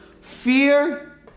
Fear